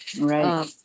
Right